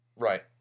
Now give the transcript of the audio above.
Right